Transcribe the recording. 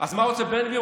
אז מה רוצה בן גביר?